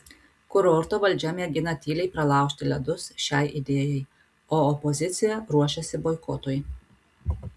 kurorto valdžia mėgina tyliai pralaužti ledus šiai idėjai o opozicija ruošiasi boikotui